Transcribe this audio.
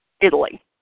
Italy